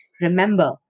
Remember